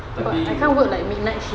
tapi